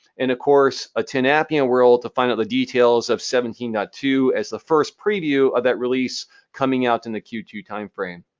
and of course attend appian world to find out the details of seventeen point two as the first preview of that release coming out in the q two timeframe.